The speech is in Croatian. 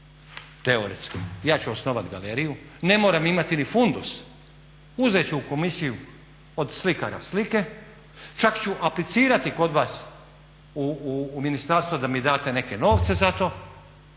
Teoretski, ja ću osnovat galeriju, ne moram imati ni fundus, uzet ću u komisiju od slikara slike, čak ću aplicirati kod vas u ministarstvo da mi date neke novce za to,